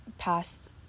past